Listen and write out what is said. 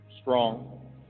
strong